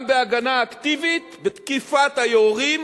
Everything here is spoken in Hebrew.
גם בהגנה אקטיבית, בתקיפת היורים